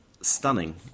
stunning